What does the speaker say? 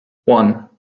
one